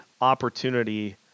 opportunity